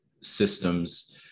systems